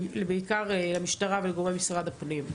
בעיקר למשטרה ולגורמי המשרד לביטחון פנים.